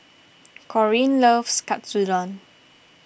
Corine loves Katsudon